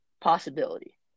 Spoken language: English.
possibility